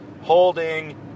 Holding